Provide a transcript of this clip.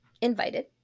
invited